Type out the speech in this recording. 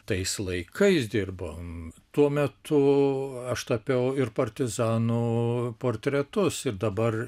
tais laikais dirbom tuo metu aš tapiau ir partizanų portretus ir dabar